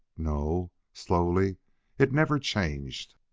no, slowly it never changed.